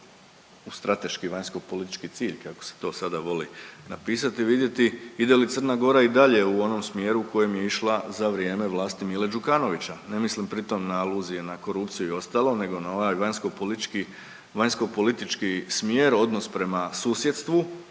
u strateški vanjsko politički cilj, kako se to sada voli napisati, vidjeti ide li Crna Gora i dalje u onom smjeru u kojem je išla za vrijeme vlasti Mile Đukanovića. Ne mislim pri tome na aluzije na korupciju i ostalo nego na ovaj vanjsko politički, vanjsko politički smjer, odnos prema susjedstvu.